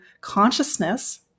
consciousness